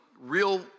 real